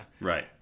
Right